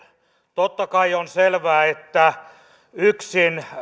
totta kai on selvää että yksin